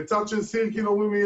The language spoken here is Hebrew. בצד של סירקין אומרים לי,